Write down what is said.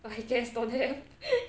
I guess don't have